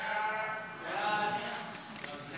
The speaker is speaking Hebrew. סעיפים 1 77